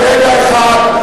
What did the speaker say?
לרגע אחד,